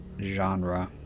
genre